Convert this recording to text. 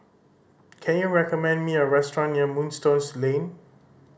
can you recommend me a restaurant near Moonstone Lane